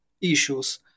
issues